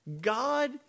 God